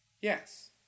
Yes